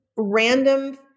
Random